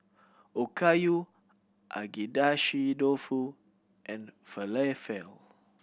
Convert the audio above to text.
Okayu Agedashi Dofu and Falafel